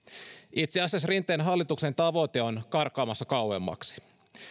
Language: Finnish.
itse asiassa rinteen hallituksen tavoite on karkaamassa kauemmaksi